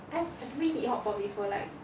I you never eat hot pot before like